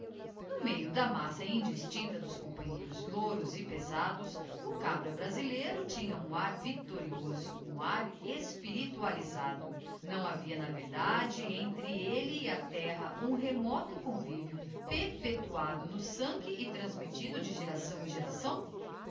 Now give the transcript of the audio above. xo meio da massa indistincta dos companheiros louros e pesados o cabra brasileiro tinha um ar victorioso um ar espiritualisado não havia na verdade entre elle e a terra um remoto convívio perpetuado no sangue e transmittido de geração em geração